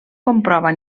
comprova